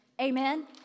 Amen